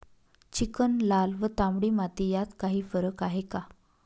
Chicken, लाल व तांबडी माती यात काही फरक आहे का?